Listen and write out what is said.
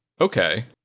Okay